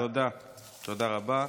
תודה רבה.